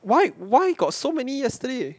why why got so many yesterday